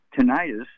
Tinnitus